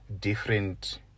different